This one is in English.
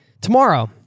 tomorrow